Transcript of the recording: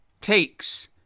takes